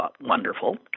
wonderful